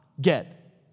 get